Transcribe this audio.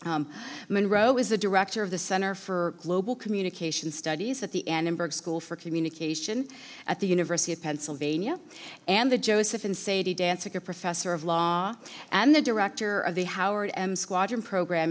titles munroe is the director of the center for global communication studies at the annenberg school for communication at the university of pennsylvania and the joseph and sadie dance like a professor of law and the director of the howard em squadron program